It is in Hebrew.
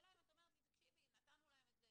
והשאלה אם את אומרת לי, תקשיבי, נתנו להם את זה